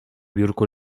biurku